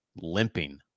limping